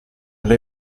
lei